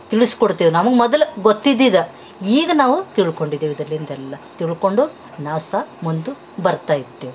ತಿಳಿಸ್ಕೊಡ್ತೇವೆ ನಮಗೆ ಮೊದ್ಲು ಗೊತ್ತಿದಿದ್ದ ಈಗ ನಾವು ತಿಳ್ಕೊಂಡಿದ್ದೆವ್ ಇದರಲಿಂದೆಲ್ಲ ತಿಳ್ಕೊಂಡು ನಾವು ಸಹ ಮುಂದು ಬರ್ತಾ ಇದ್ದೇವೆ